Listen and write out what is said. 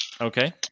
Okay